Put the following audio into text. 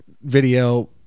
video